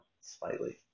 slightly